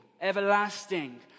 Everlasting